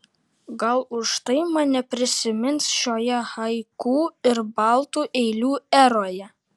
gal už tai mane prisimins šioje haiku ir baltų eilių eroje